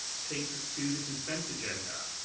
takes us to the consent agenda.